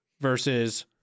versus